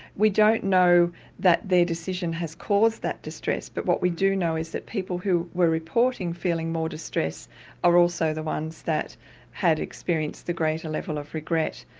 we don't know that their decision has caused that distress but what we do know is that people who were reporting feeling more distressed are also the ones that had experienced the greater level of regret.